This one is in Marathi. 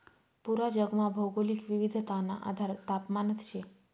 पूरा जगमा भौगोलिक विविधताना आधार तापमानच शे